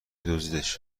دزدیدش